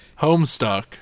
homestuck